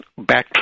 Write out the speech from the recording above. backtrack